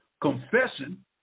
confessing